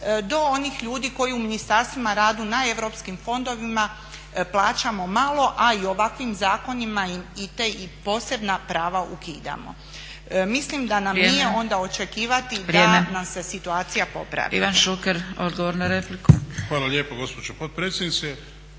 do onih ljudi koji u ministarstvima rade na europskim fondovima, plaćamo malo, a i ovakvim zakonima i posebna prava ukidamo. Mislim da nam nije onda očekivati da nam se situacija popravi.